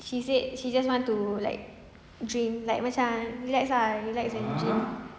she said she just want to like drink like macam relax ah relax and drink